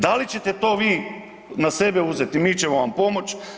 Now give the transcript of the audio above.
Da li ćete to vi na sebe uzeti mi ćemo vam pomoći.